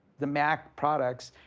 the mac products,